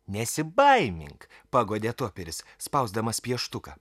nesibaimink paguodė toperis spausdamas pieštuką